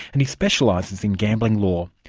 and he specialises in gambling law.